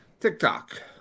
TikTok